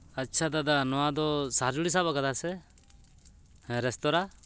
ᱟᱪᱪᱷᱟ ᱫᱟᱫᱟ ᱱᱚᱣᱟ ᱫᱚ ᱥᱟᱦᱟᱡᱩᱲᱤ ᱥᱟᱵ ᱠᱟᱫᱟᱭ ᱥᱮ ᱦᱮᱸ ᱨᱮᱸᱥᱛᱳᱨᱟ